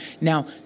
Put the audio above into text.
Now